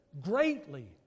greatly